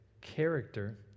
character